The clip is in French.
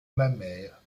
mammaires